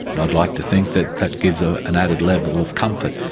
i'd like to think that that gives ah an added level of comfort.